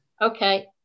Okay